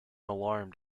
alarmed